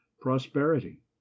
prosperity